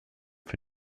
für